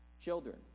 children